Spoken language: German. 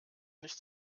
nicht